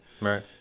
Right